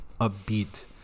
upbeat